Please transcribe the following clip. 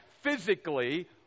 physically